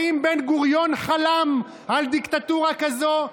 האם בן-גוריון חלם על דיקטטורה כזאת?